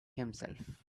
himself